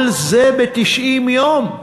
כל זה ב-90 יום.